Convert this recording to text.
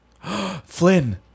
Flynn